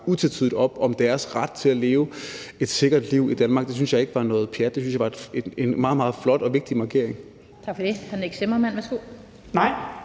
utvetydigt op om deres ret til at leve et sikkert liv i Danmark. Det synes jeg ikke var noget pjat. Det synes jeg var en meget, meget flot og vigtig markering. Kl. 17:33 Den fg. formand